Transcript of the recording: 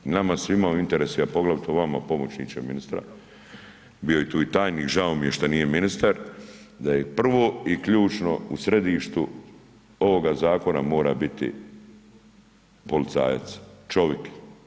Nama je svima u interesu, a poglavito vama pomoćniče ministra, bio je tu i tajnik žao mi je što nije ministar, da je prvo i ključno u središtu ovoga zakona mora biti policajac, čovjek.